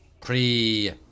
pre-